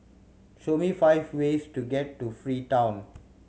show me five ways to get to Freetown